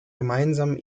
gemeinsamen